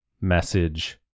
message